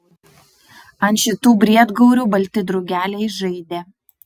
ant šitų briedgaurių balti drugeliai žaidė